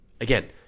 Again